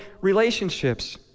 relationships